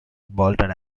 bolted